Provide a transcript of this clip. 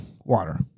water